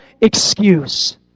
excuse